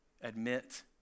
Admit